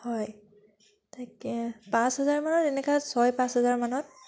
হয় তাকে পাঁচ হাজাৰমানত এনেকৈ ছয় পাঁচ হাজাৰমানত